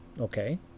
Okay